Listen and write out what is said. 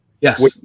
Yes